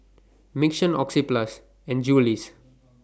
Mission Oxyplus and Julie's